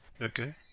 Okay